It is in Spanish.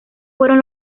fueron